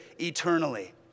eternally